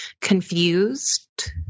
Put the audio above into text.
confused